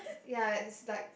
ya it's like